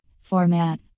Format